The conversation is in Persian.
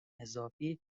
اضافی